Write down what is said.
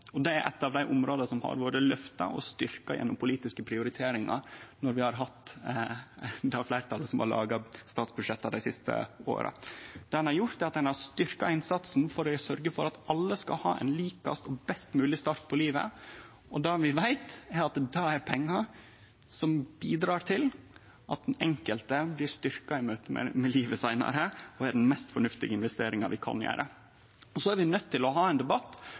og det er eit av dei områda som har vore lyfte og styrkte gjennom politiske prioriteringar, når vi har hatt det fleirtalet som har laga statsbudsjetta dei siste åra. Det ein har gjort, er å styrkje innsatsen for å sørgje for at alle skal ha ein likast og best mogleg start på livet, og det vi veit, er at det er pengar som bidrar til at den enkelte blir styrkt i møtet med livet seinare, og det er den mest fornuftige investeringa vi kan gjere. Så er vi nøydde til å ha ein debatt